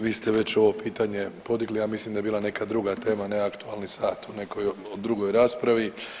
Vi ste već ovo pitanje podigli, ja mislim da je bila neka druga tema, ne aktualni sat u nekoj drugoj raspravi.